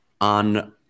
on